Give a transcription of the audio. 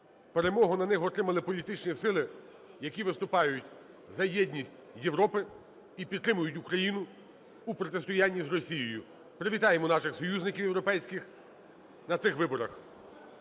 перемогу на них отримали політичні сили, які виступають за єдність Європи і підтримують Україну у протистоянні з Росією. Привітаємо наших союзників європейських на цих виборах.